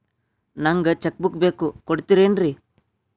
ನಂಗ cheque book ಬೇಕು ಕೊಡ್ತಿರೇನ್ರಿ?